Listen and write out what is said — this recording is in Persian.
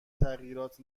تغییرات